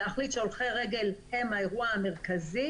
להחליט שהולכי רגל הם האירוע המרכזי,